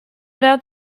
doubt